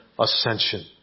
ascension